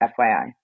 FYI